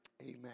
Amen